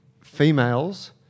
females